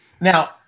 Now